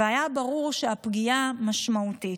והיה ברור שהפגיעה משמעותית.